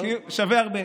שווה הרבה.